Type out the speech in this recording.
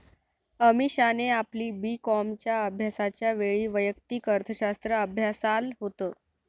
अमीषाने आपली बी कॉमच्या अभ्यासाच्या वेळी वैयक्तिक अर्थशास्त्र अभ्यासाल होत